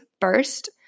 first